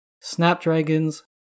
snapdragons